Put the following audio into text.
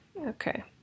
okay